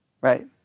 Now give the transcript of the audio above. Right